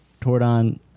Tordon